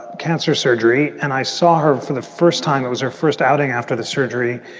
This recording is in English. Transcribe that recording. cancer surgery and i saw her for the first time. it was her first outing after the surgery,